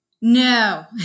No